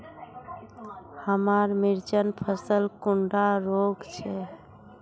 हमार मिर्चन फसल कुंडा रोग छै?